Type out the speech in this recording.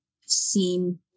seen